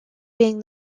being